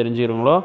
தெரிஞ்சுக்கிறங்களோ